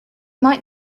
might